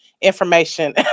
information